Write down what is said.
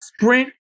Sprint